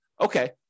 okay